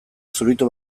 zuritu